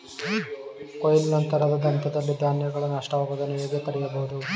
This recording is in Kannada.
ಕೊಯ್ಲು ನಂತರದ ಹಂತದಲ್ಲಿ ಧಾನ್ಯಗಳ ನಷ್ಟವಾಗುವುದನ್ನು ಹೇಗೆ ತಡೆಯಬಹುದು?